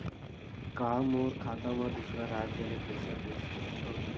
का मोर खाता म दूसरा राज्य ले पईसा भेज सकथव?